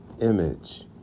image